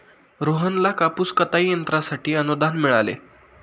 रोहनला कापूस कताई यंत्रासाठी अनुदान मिळाले